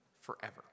forever